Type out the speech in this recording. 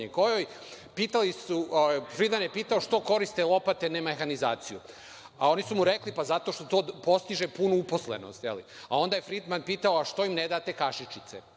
Fridman je pitao što koriste lopate a ne mehanizaciju, a oni su mu rekli – pa zato što to postiže punu uposlenost, a onda je Fridman pitao – što im ne date kašičice?